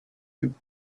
you